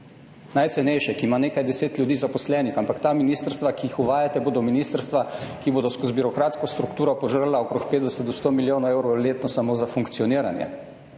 najcenejše, ki ima nekaj 10 ljudi zaposlenih, ampak ta ministrstva, ki jih uvajate, bodo ministrstva, ki bodo skozi birokratsko strukturo požrla okrog 50 do 100 milijonov evrov letno samo za funkcioniranje.